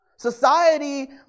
Society